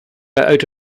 out